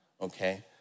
okay